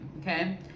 okay